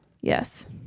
Yes